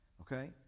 okay